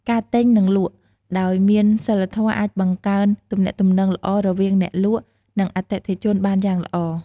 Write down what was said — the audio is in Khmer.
ការទិញ និងលក់ដោយមានសីលធម៌អាចបង្កើនទំនាក់ទំនងល្អរវាងអ្នកលក់ និងអតិថិជនបានយ៉ាងល្អ។